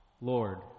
Lord